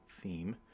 theme